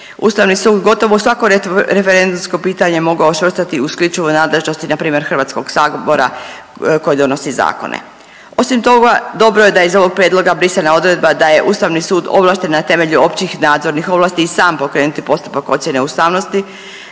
Ustavni sud gotovo svako referendumsko pitanje mogao svrstati u isključivu nadležnost na primjer Hrvatskog sabora koji donosi zakone. Osim toga, dobro je da je iz ovog prijedloga brisana odredba da je Ustavni sud ovlašten na temelju općih nadzornih ovlasti i sam pokrenuti postupak ocjene ustavnosti,